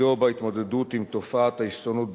ותפקידו בהתמודדות עם תופעת ההסתננות בפרט.